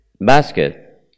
basket